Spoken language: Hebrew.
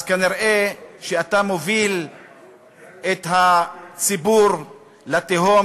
אז כנראה אתה מוביל את הציבור לתהום